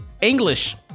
English